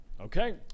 okay